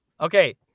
Okay